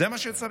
זה מה שצריך?